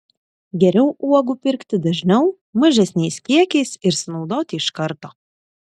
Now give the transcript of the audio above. geriau uogų pirkti dažniau mažesniais kiekiais ir sunaudoti iš karto